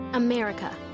America